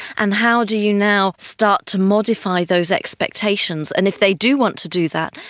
and how do you now start to modify those expectations? and if they do want to do that,